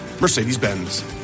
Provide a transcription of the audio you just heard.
Mercedes-Benz